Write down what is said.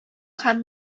һәм